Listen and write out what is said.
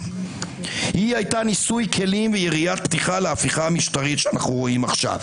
היא הייתה ניסוי כלים ויריית פתיחה להפיכה המשטרית שאנחנו רואים עכשיו.